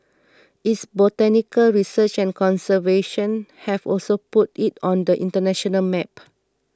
its botanical research and conservation have also put it on the international map